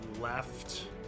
left